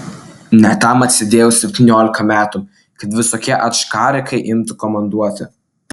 ne tam atsėdėjau septyniolika metų kad visokie ačkarikai imtų komanduoti